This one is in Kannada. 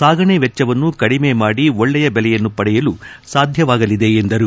ಸಾಗಣೆ ವೆಚ್ಚವನ್ನು ಕಡಿಮೆ ಮಾಡಿ ಒಳ್ಳೆಯ ಬೆಲೆಯನ್ನು ಪಡೆಯಲು ಸಾಧ್ಯವಾಗಲಿದೆ ಎಂದರು